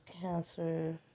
cancer